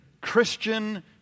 Christian